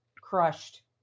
crushed